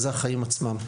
זה החיים עצמם.